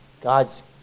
God's